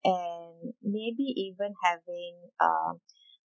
and maybe even having uh